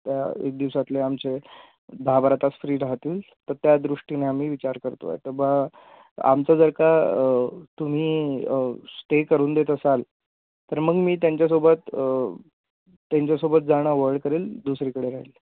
त्या एक दिवसातले आमचे दहाबारा तास फ्री राहतील तर त्या दृष्टीने आम्ही विचार करतो आहे तर बा आमचं जर का तुम्ही स्टे करून देत असाल तर मग मी त्यांच्यासोबत त्यांच्यासोबत जाणं अव्हॉइड करेल दुसरीकडे राहील